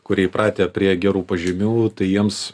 kurie įpratę prie gerų pažymių tai jiems